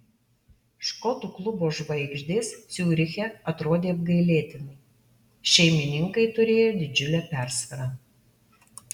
škotų klubo žvaigždės ciuriche atrodė apgailėtinai šeimininkai turėjo didžiulę persvarą